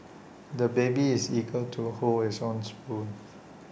the baby is eager to hold his own spoon